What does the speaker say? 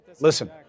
Listen